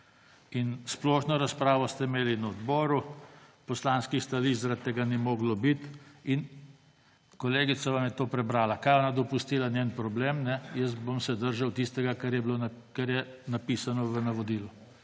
In splošno razpravo ste imeli na odboru. Predstavitve stališč poslanskih skupin zaradi tega ni moglo biti. In kolegica vam je to prebrala. Kar je ona dopustila, je njen problem. Jaz bom se držal tistega, kar je napisano v navodilu